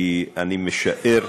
כי אני משער,